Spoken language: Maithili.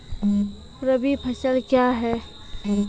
रबी फसल क्या हैं?